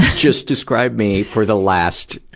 just described me for the last,